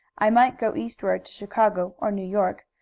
i might go eastward to chicago or new york,